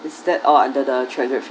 is that all under the three hundred